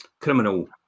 criminal